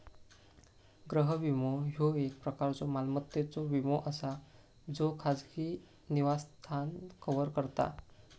गृह विमो, ह्यो एक प्रकारचो मालमत्तेचो विमो असा ज्यो खाजगी निवासस्थान कव्हर करता